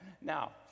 Now